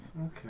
okay